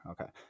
Okay